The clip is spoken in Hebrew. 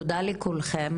תודה לכולכם.